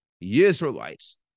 Israelites